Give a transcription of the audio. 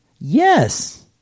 Yes